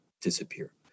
disappear